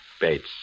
Bates